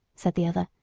said the other,